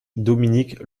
dominique